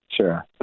Sure